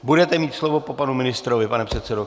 Budete mít slovo po panu ministrovi, pane předsedo klubu.